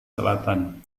selatan